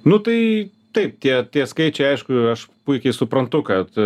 nu tai taip tie tie skaičiai aišku aš puikiai suprantu kad